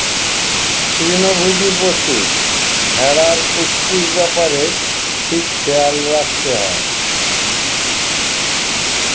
তৃণভোজী পশু, ভেড়ার পুষ্টির ব্যাপারে ঠিক খেয়াল রাখতে হয়